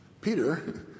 Peter